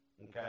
okay